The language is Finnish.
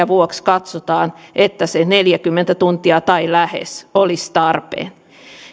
vuoksi katsotaan että se neljäkymmentä tuntia tai lähes neljäkymmentä tuntia olisi tarpeen